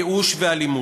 ייאוש ואלימות.